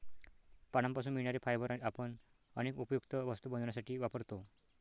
पानांपासून मिळणारे फायबर आपण अनेक उपयुक्त वस्तू बनवण्यासाठी वापरतो